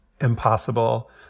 impossible